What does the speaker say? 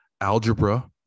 algebra